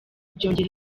byongera